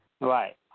right